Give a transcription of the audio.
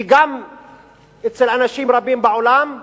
וגם אצל אנשים רבים בעולם,